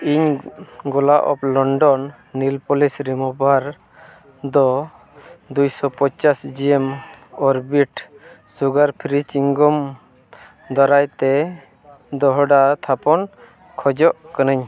ᱤᱧ Gala of London nail polish remover ᱫᱚ ᱫᱩᱭᱥᱚ ᱯᱚᱸᱪᱟᱥ G M Orbit sugar free chewing gum ᱫᱟᱨᱟᱭᱛᱮ ᱫᱚᱦᱲᱟ ᱛᱷᱟᱯᱚᱱ ᱠᱷᱚᱡᱚᱜ ᱠᱟᱱᱟᱹᱧ